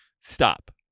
Stop